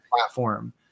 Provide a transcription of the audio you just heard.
platform